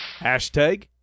Hashtag